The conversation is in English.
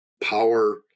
power